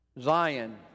Zion